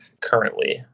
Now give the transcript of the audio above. currently